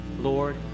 Lord